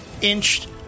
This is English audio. inched